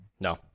No